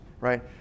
right